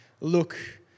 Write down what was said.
Look